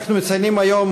אנחנו מציינים היום,